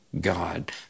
God